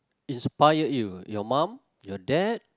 inspired you your mum your dad